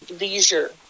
leisure